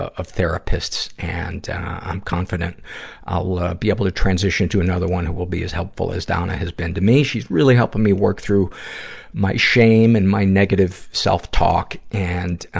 of therapists. and i'm confident i'll, ah, be able to transition to another one who will be as helpful as donna has been to me. she's really helping work through my shame and my negative self-talk, and,